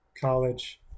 college